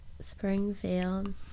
Springfield